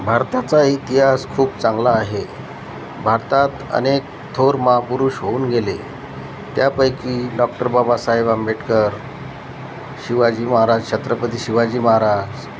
भारताचा इतिहास खूप चांगला आहे भारतात अनेक थोर महापुरुष होऊन गेले त्यापैकी डॉक्टर बाबासाहेब आंबेडकर शिवाजी महाराज छत्रपती शिवाजी महाराज